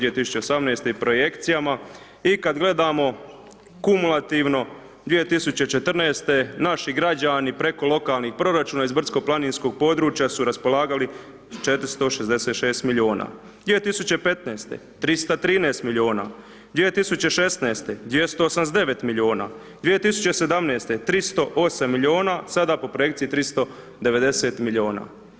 2018. i projekcijama i kad gledamo kumulativno 2014. naši građani preko lokalnih proračuna iz brdsko-planinskog područja su raspolagali 466 milijuna, 2015. 313 milijuna, 2016. 289 milijuna, 2017. 308 milijuna, sada po projekciji 390 milijuna.